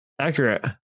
Accurate